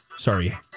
Sorry